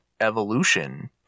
evolution